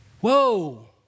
Whoa